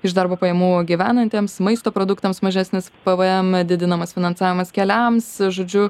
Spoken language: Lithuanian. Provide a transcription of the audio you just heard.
iš darbo pajamų gyvenantiems maisto produktams mažesnis pvm didinamas finansavimas keliams žodžiu